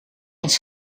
eens